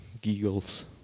giggles